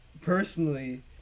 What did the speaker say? personally